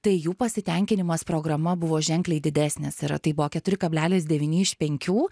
tai jų pasitenkinimas programa buvo ženkliai didesnis tai buvo keturi kablelis devyni iš penkių